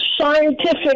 scientific